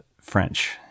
french